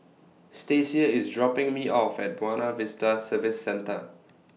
Stasia IS dropping Me off At Buona Vista Service Centre